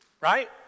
right